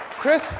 Chris